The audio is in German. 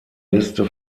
liste